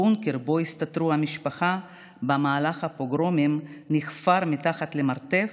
הבונקר שבו הסתתרה המשפחה במהלך הפוגרומים נחפר מתחת למרתף,